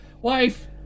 wife